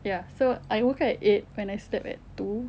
ya so I woke up at eight when I slept at two